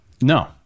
No